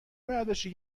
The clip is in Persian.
برداشتی